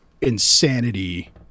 insanity